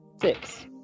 Six